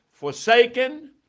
forsaken